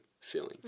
feeling